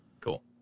Cool